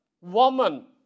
woman